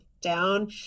down